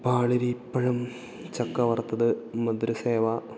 പാളരിപ്പഴം ചക്ക വറുത്തത് മധുരസേവ